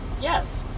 Yes